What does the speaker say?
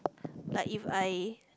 like if I